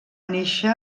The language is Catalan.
néixer